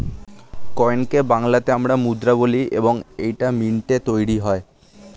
কয়েনকে আমরা বাংলাতে মুদ্রা বলি এবং এইটা মিন্টে তৈরী হয়